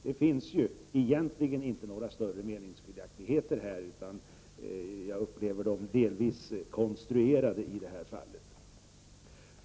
Det finns egentligen inte några större meningsskiljaktigheter i den frågan. Jag upplever att de delvis är konstruerade. Herr talman!